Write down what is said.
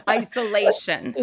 isolation